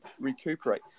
recuperate